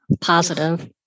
positive